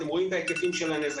אתם רואים את ההיקפים של הנזקים,